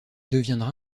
deviendra